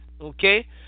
okay